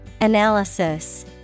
Analysis